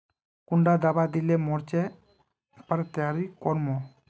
कुंडा दाबा दिले मोर्चे पर तैयारी कर मो?